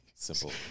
Simple